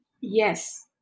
Yes